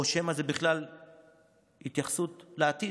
או שמא זו בכלל ההתייחסות לעתיד,